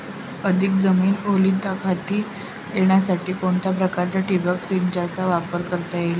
अधिक जमीन ओलिताखाली येण्यासाठी कोणत्या प्रकारच्या ठिबक संचाचा वापर करता येईल?